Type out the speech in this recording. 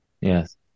Yes